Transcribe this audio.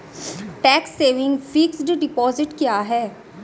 Tax saving fixed deposit क्या है?